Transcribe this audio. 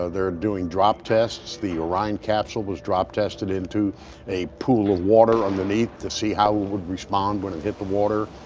ah they're doing drop tests. the orion capsule was drop tested into a pool of water underneath, to see how it would respond when it hit the water,